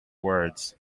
words